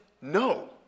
no